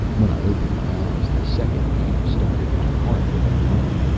when i opened my eyes the second view started my heart with a thump.